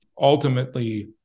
ultimately